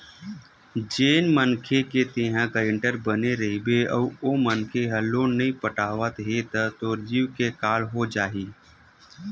जेन मनखे के तेंहा गारेंटर बने रहिबे अउ ओ मनखे ह लोन नइ पटावत हे त तोर जींव के काल हो जाही